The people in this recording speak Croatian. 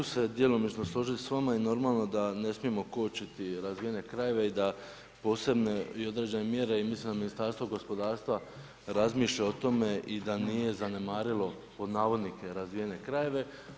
Mogu se djelomično složit sa vama i normalno da ne smijemo kočiti razvijene krajeve i da posebne i određene mjere i mislim da Ministarstvo gospodarstva razmišlja i o tome i da nije zanemarilo pod navodnike razvijene krajeve.